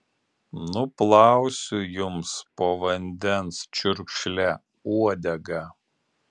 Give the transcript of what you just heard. nuplausiu jums po vandens čiurkšle uodegą